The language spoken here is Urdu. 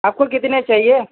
آپ کو کتنے چاہیے